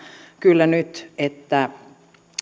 kyllä jäänyt huomaamatta että